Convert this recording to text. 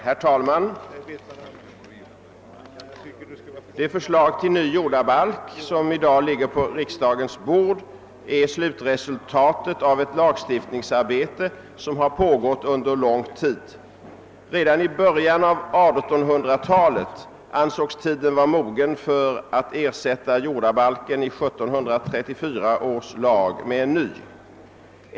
Herr talman! Det förslag till ny jordabalk som i dag ligger på riksdagens bord är slutresultatet av ett lagstiftningsarbete som har pågått under lång tid. Redan i början av 1800-talet ansågs tiden vara mogen för att ersätta jordabalken i 1734 års lag med en ny.